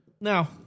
Now